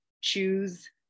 choose